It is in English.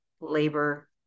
labor